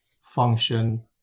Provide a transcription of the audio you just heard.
function